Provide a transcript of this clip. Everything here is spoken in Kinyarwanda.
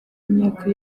imyaka